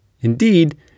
Indeed